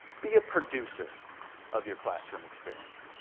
be a producer of your classroom experience.